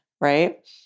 right